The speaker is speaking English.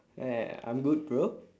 uh I'm good bro